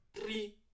Three